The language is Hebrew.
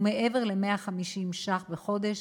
ומעבר ל-150 שקל בחודש